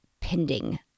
pending